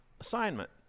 assignment